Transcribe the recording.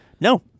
No